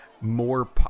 more